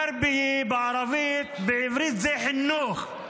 טארבי בערבית, בעברית זה חינוך.